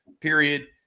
period